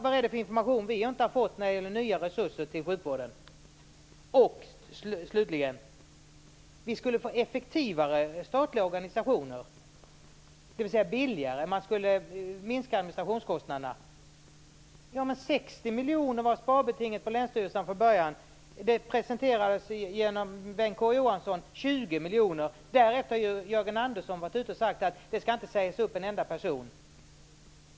Vad är det för information vi inte har fått när det gäller nya resurser till sjukvården? Slutligen: Vi skulle få effektivare, dvs. billigare, statliga organisationer. Man skulle minska organisationskostnaderna. Sparbetinget på länsstyrelserna var 60 miljoner från början. Genom Bengt K Å Johansson presenterades krav på 20 miljoner. Därefter har Jörgen Andersson sagt att det inte skall sägas upp en enda person.